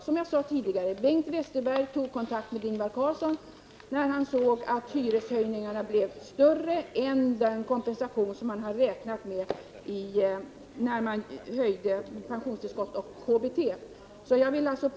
Som jag sade tidigare tog Bengt Westerberg kontakt med Ingvar Carlsson när han såg att hyreshöjningarna blev större än vad man hade räknat med när man höjde pensionstillskottet och KBT som kompensation.